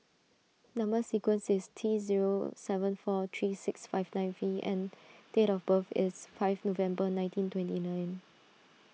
Number Sequence is T zero seven four three six five nine V and date of birth is five November nineteen twenty nine